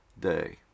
day